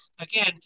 again